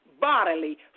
bodily